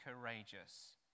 courageous